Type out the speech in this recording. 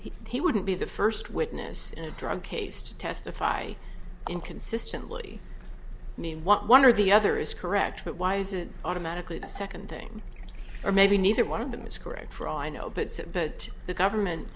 he he wouldn't be the first witness in a drug case to testify inconsistently i mean what one or the other is correct why is it automatically the second thing or maybe neither one of them is correct for all i know but so but the government